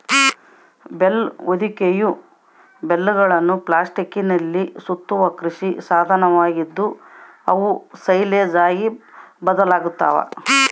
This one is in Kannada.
ಬೇಲ್ ಹೊದಿಕೆಯು ಬೇಲ್ಗಳನ್ನು ಪ್ಲಾಸ್ಟಿಕ್ನಲ್ಲಿ ಸುತ್ತುವ ಕೃಷಿ ಸಾಧನವಾಗಿದ್ದು, ಅವು ಸೈಲೇಜ್ ಆಗಿ ಬದಲಾಗ್ತವ